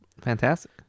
fantastic